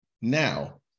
now